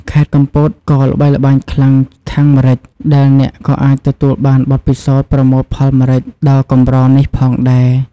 ខេត្តកំពតក៏ល្បីល្បាញខ្លាំងខាងម្រេច ដែលអ្នកក៏អាចទទួលបានបទពិសោធន៍ប្រមូលផលម្រេចដ៏កម្រនេះផងដែរ។